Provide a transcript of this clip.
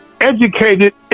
educated